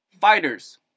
Fighters